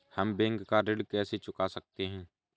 हम बैंक का ऋण कैसे चुका सकते हैं?